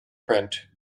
print